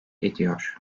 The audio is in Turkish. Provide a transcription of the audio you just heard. ediyor